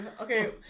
Okay